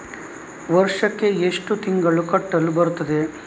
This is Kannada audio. ವರ್ಷಕ್ಕೆ ಎಷ್ಟು ತಿಂಗಳು ಕಟ್ಟಲು ಬರುತ್ತದೆ?